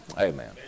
Amen